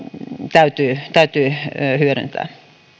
täytyy täytyy hyödyntää